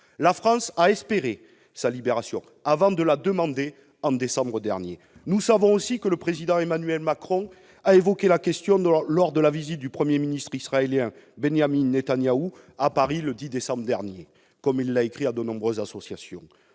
La France a « espéré » sa libération avant de la « demander » en décembre dernier. Nous savons aussi que le Président de la République, Emmanuel Macron, a évoqué la question lors de la visite du Premier ministre israélien Benjamin Netanyahou à Paris, le 10 décembre dernier, comme il l'a écrit à de nombreuses associations.